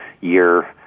year